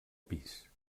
pis